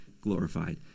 glorified